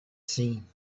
seen